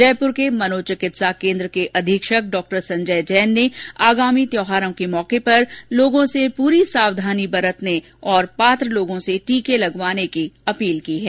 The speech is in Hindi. जयपुर के मनोचिकिसा केन्द्र के अधीक्षक डॉ संजय जैन ने आगामी त्यौहारों के मौके पर लोगों से पूरी सावधानी बरतने और पात्र लोगों से टीके लगवाने की अपील की है